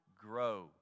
grow